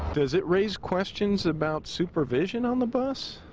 does it raise questions about supervision on the bus?